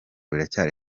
biracyari